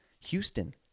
Houston